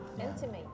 Intimate